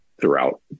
throughout